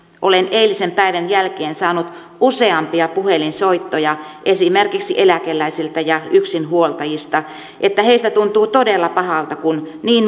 olen eilisen päivän jälkeen saanut useampia puhelinsoittoja esimerkiksi eläkeläisiltä ja yksinhuoltajilta että heistä tuntuu todella pahalta kun niin